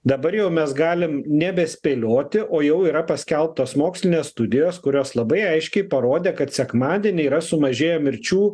dabar jau mes galim nebespėlioti o jau yra paskelbtos mokslinės studijos kurios labai aiškiai parodė kad sekmadienį yra sumažėję mirčių